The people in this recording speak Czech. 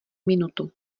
minutu